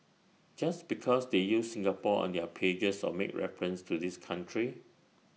just because they use Singapore on their pages or make references to this country